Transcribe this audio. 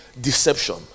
deception